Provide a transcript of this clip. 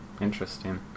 interesting